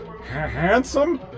handsome